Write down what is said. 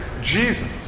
Jesus